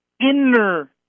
inner